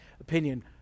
opinion